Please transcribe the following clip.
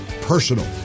personal